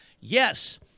Yes